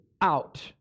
out